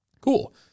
Cool